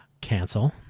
Cancel